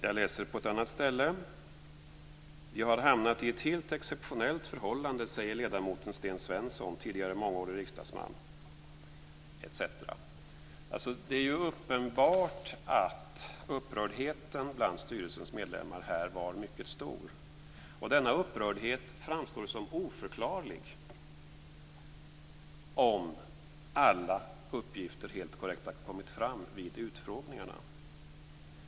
Jag läser på ett annat ställe: "Vi har hamnat i ett helt exceptionellt förhållande, säger ledamoten Sten Det är ju uppenbart att upprördheten bland styrelsens medlemmar var mycket stor. Denna upprördhet framstår som oförklarlig om alla uppgifter helt korrekt har kommit fram vid utfrågningarna.